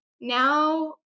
now